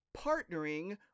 partnering